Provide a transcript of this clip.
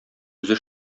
үзе